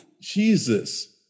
jesus